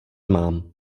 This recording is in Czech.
mám